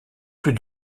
plus